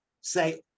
say